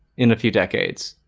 in a few decades,